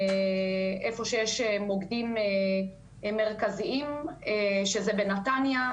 איפה שיש מוקדים מרכזיים, שזה בנתניה,